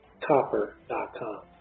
Copper.com